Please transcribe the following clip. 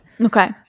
Okay